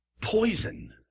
poison